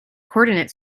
coordinate